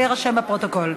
זה יירשם בפרוטוקול.